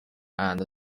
and